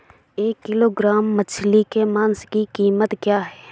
एक किलोग्राम मछली के मांस की कीमत क्या है?